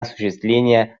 осуществление